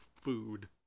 food